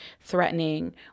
threatening